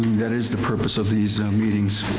that is the purpose of these meetings.